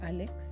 Alex